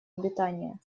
обитания